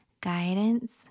guidance